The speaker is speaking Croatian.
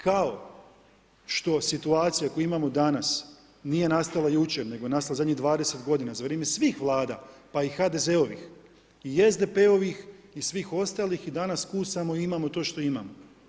Kao što situacija, ako imamo danas, nije nastala jučer, nego je nastala u zadnjih 20 g. za vrijeme svih Vlada pa i HDZ-ovih i SDP-ovih i svih ostalih i danas plus samo imamo to što imamo.